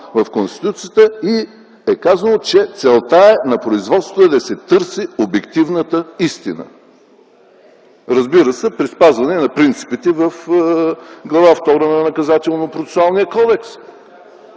в Конституцията, чл. 121. Казано е, че целта на производството е да се търси обективната истина, разбира се, при спазване на принципите от Глава втора на Наказателнопроцесуалния кодекс.